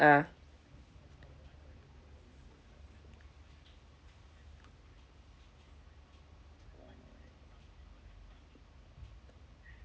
ah